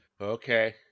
Okay